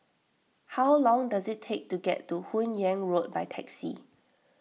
how long does it take to get to Hun Yeang Road by taxi